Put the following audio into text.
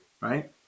right